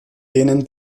denen